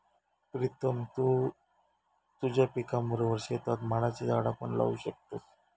प्रीतम तु तुझ्या पिकाबरोबर शेतात माडाची झाडा पण लावू शकतस